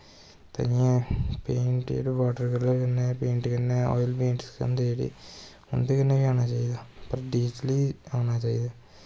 ते जियां painting water colour कन्नैं पेंट कन्नैं आयल पेंट होंदे जेह्ड़े उंदे कन्नैं बी आना चाही दा पर डिजटली बी आना चाही दा